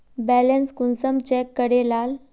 Balance कुंसम check करे लाल?